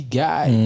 guy